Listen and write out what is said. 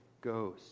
goes